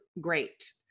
great